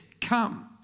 come